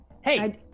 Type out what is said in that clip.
Hey